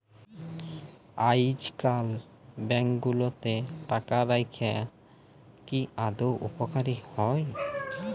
আইজকাল ব্যাংক গুলাতে টাকা রাইখা কি আদৌ উপকারী হ্যয়